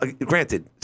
granted